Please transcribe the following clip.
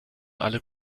alle